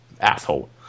asshole